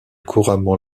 couramment